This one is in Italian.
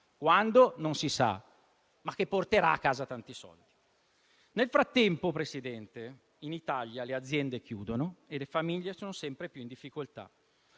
Quando non si sa, ma porterà a casa tanti soldi. Nel frattempo, in Italia le aziende chiudono e le famiglie sono sempre più in difficoltà.